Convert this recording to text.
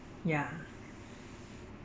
ya